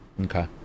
Okay